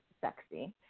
sexy